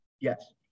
Yes